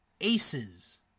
aces